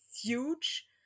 huge